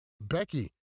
Becky